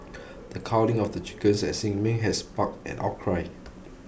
the culling of the chickens at Sin Ming had sparked an outcry